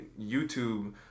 YouTube